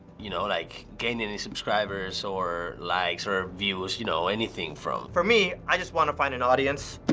you know, like gain any subscribers or likes or ah views, you know, anything from. for me, i just want to find an audience,